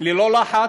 ללא לחץ,